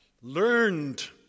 learned